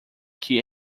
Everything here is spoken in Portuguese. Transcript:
que